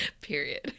period